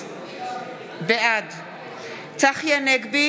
18. אין פורים.